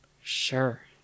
Sure